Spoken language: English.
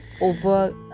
over